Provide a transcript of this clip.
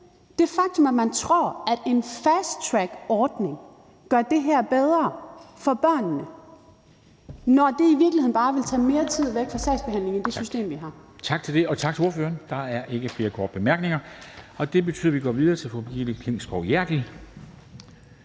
det faktum, at man tror, at en fasttrackordning gør det her bedre for børnene, når det i virkeligheden bare vil tage mere tid væk fra sagsbehandlingen i det system, vi har. Kl. 10:48 Formanden (Henrik Dam Kristensen): Tak for det. Og tak til ordføreren. Der er ikke flere korte bemærkninger, og det betyder, at vi går videre til fru Brigitte Klintskov Jerkel,